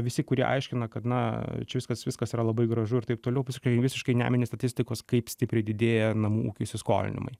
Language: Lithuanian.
visi kurie aiškina kad na čia viskas viskas yra labai gražu ir taip toliau visiškai visiškai nemini statistikos kaip stipriai didėja namų ūkių įsiskolinimai